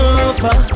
over